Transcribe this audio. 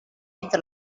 entre